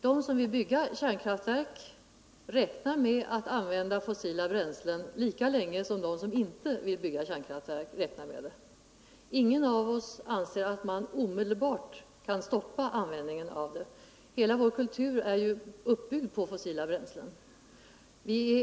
De som vill bygga kärnkraftverk räknar med att använda fossila bränslen lika länge som vi, som inte vill bygga sådana kraftverk. Ingen av oss anser att vi omedelbart kan stoppa användningen av fossila bränslen, eftersom ju hela vår kultur är uppbyggd på dem.